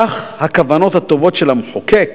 כך הכוונות הטובות של המחוקק